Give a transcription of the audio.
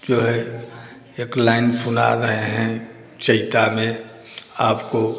जो है एक लाइन सुना रहे हैं चैता में आपको